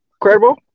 Credible